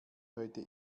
heute